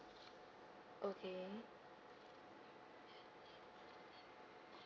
okay